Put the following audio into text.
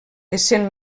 essent